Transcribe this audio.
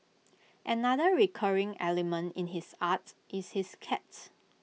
another recurring element in his arts is his cat